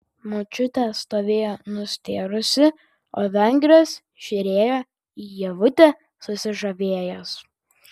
močiutė stovėjo nustėrusi o vengras žiūrėjo į ievutę susižavėjęs